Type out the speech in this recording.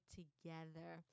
together